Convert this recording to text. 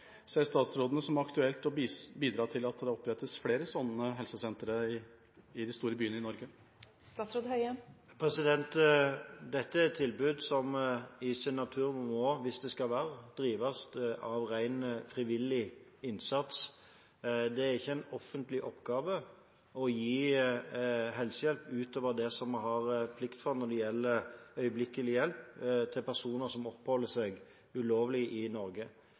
Ser statsråden det som aktuelt å bidra til at det opprettes flere sånne helsesentre i de store byene i Norge? Dette er et tilbud som er av en slik natur at det – hvis det skal finnes – må drives av ren frivillig innsats. Det er ikke en offentlig oppgave å gi helsehjelp – utover det som vi er forpliktet til når det gjelder øyeblikkelig hjelp – til personer som oppholder seg ulovlig i Norge.